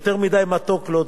יותר מדי מתוק לא טוב.